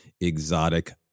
exotic